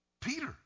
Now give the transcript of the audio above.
Peter